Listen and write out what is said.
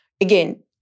again